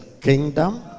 Kingdom